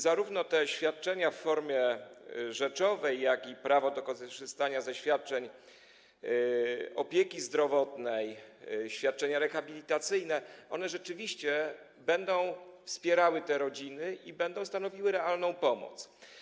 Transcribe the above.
Zarówno świadczenia w formie rzeczowej jak i prawo do korzystania ze świadczeń opieki zdrowotnej, świadczenia rehabilitacyjne, rzeczywiście będą wspierały te rodziny i będą stanowiły realną pomoc.